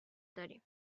داریم